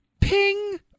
ping